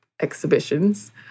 exhibitions